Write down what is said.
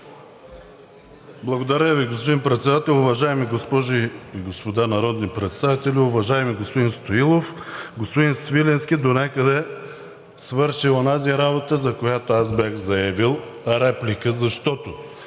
Благодаря Ви, господин Председател. Уважаеми госпожи и господа народни представители, уважаеми господин Стоилов! Господин Свиленски донякъде свърши онази работа, за която аз бях заявил – реплика, защото